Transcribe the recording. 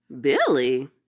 Billy